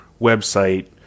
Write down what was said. website